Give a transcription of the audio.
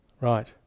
Right